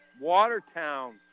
Watertown